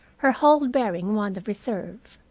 her whole bearing one of reserve.